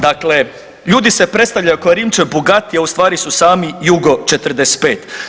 Dakle ljudi se predstavljaju klao Rimčev Bugatti, a u stvari su sami Yugo 45.